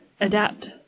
adapt